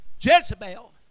Jezebel